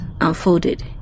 unfolded